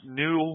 new